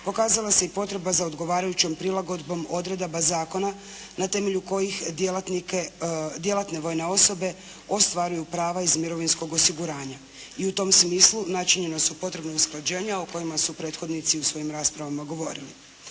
pokazala se i potreba za odgovarajućom prilagodbom zakona na temelju kojih djelatne vojne osobe ostvaruju prava iz mirovinskog osiguranja. I u tom smislu načinjena su potrebna usklađenja o kojima su prethodnici u svojim raspravama govorili.